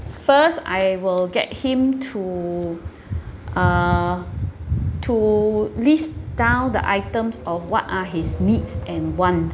first I will get him to uh to list down the items of what are his needs and wants